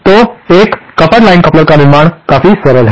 तो एक coupled line coupler का निर्माण काफी सरल है